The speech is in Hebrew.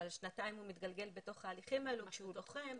אבל שנתיים הוא מתגלגל בתוך ההליכים האלו כשהוא לוחם,